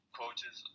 coaches